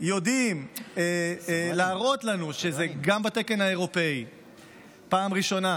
יודעים להראות לנו שזה גם בתקן האירופי בפעם הראשונה,